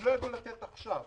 הם לא ידעו לתת עכשיו.